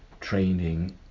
training